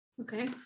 Okay